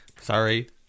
Sorry